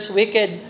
wicked